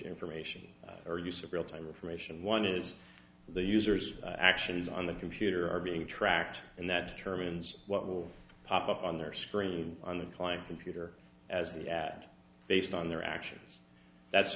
information or use of real time information one is the user's actions on the computer are being tracked and that determines what will pop up on their screens and on the client computer as the ad based on their actions that's